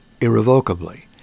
irrevocably